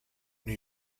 new